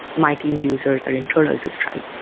my team's users are internal to stripe,